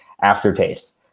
aftertaste